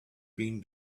been